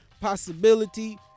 possibility